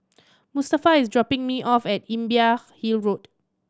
Mustafa is dropping me off at Imbiah Hill Road